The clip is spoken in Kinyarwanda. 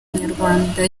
umunyarwanda